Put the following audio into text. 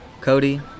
Cody